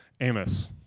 Amos